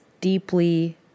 deeply